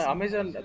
Amazon